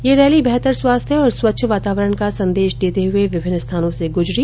ये रैली बेहतर स्वास्थ्य और स्वच्छ वातावरण का संदेश देते हुए विभिन्न स्थानों से गुजरी